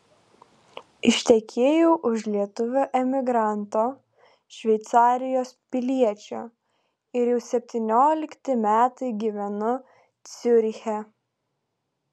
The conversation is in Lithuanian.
ištekėjau už lietuvio emigranto šveicarijos piliečio ir jau septyniolikti metai gyvenu ciuriche